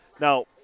Now